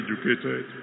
educated